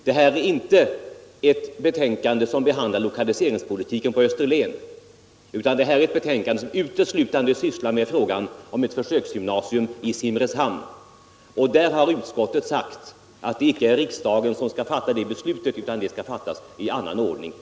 Detta är inte ett betänkande som behandlar lokaliseringspolitiken på Österlen, utan betänkandet sysslar uteslutande med ett försöksgymnasium i Simrishamn. Där har utskottet sagt att det inte är riksdagen som skall fatta beslut, utan det skall fattas i annan ordning.